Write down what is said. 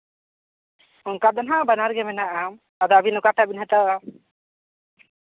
ᱚᱱᱠᱟ ᱫᱚ ᱱᱟᱦᱟᱸᱜ ᱵᱟᱱᱟᱨ ᱜᱮ ᱢᱮᱱᱟᱜᱼᱟ ᱟᱫᱚ ᱟᱹᱵᱤᱱ ᱚᱠᱟᱴᱟᱜ ᱵᱤᱱ ᱦᱟᱛᱟᱣᱟ